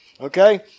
Okay